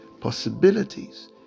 possibilities